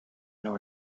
know